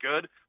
good